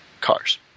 cars